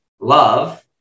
love